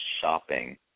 shopping